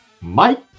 Mike